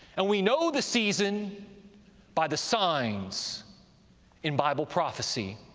and we know the season by the signs in bible prophecy.